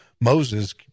Moses